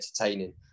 entertaining